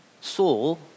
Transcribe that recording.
Saul